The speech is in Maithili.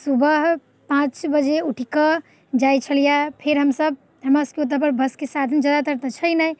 सुबह पाँच बजे उठिकऽ जाइ छलिए फेर हमसब हमरासबके ओतऽपर बसके साधन ज्यादातर तऽ छै नहि